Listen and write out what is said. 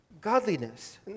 godliness